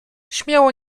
śmiało